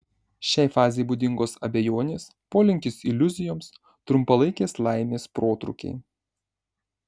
šiai fazei būdingos abejonės polinkis iliuzijoms trumpalaikės laimės protrūkiai